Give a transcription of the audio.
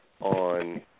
on